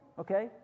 okay